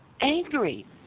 angry